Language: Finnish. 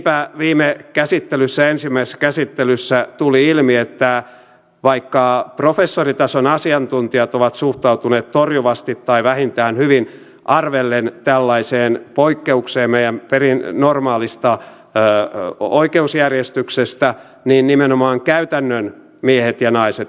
niinpä viime käsittelyssä ensimmäisessä käsittelyssä tuli ilmi että vaikka professoritason asiantuntijat ovat suhtautuneet torjuvasti tai vähintään hyvin arvellen tällaiseen poikkeukseen meidän normaalista oikeusjärjestyksestämme niin nimenomaan käytännön miehet ja naiset ymmärtäisin